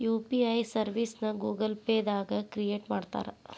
UPI ಸರ್ವಿಸ್ನ Google Pay ದಾಗ create ಮಾಡ್ತಾರಾ